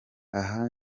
aha